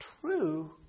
true